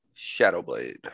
Shadowblade